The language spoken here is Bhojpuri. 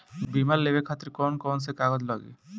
बीमा लेवे खातिर कौन कौन से कागज लगी?